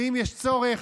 ואם יש אין צורך,